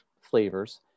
flavors